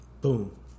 Boom